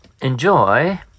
Enjoy